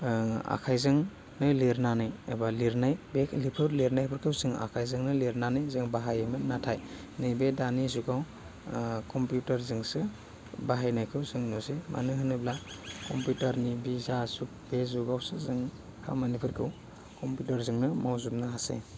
आखाइजोंनो लिरनानै एबा लिरनाय बेफोर लिरनायफोरखौ जों आखाइजोंनो लिरनानै जों बाहायोमोन नाथाय नैबे दानि जुगाव कम्पिउटारजोंसो बाहायनायखौ जों नुसै मानो होनोब्ला कम्पिउटारनि बि जा जुग बे जुगाव सोरजों खामानिफोरखौ कम्पिटारजोंनो मावजोबनो हासै